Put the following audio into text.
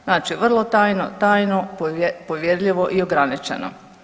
Znači vrlo tajno, tajno, povjerljivo i ograničeno.